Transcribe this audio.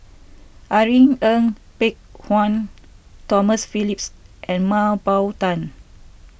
Irene Ng Phek Hoong Tomas Phillips and Mah Bow Tan